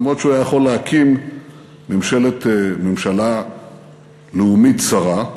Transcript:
למרות שהוא היה יכול להקים ממשלה לאומית צרה,